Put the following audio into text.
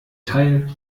teil